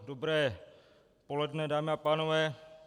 Dobré poledne, dámy a pánové.